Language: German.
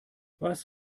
was